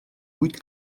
vuit